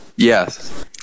Yes